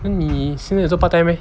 then 你现在有做 part time meh